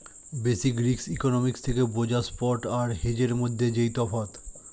basic risk economics থেকে বোঝা spot আর হেজের মধ্যে যেই তফাৎ